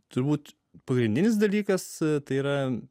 turbūt pagrindinis dalykas tai yra